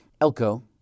Elko